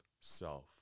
self